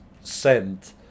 sent